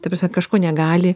ta prasme kažko negali